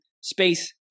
space